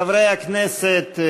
חברי הכנסת,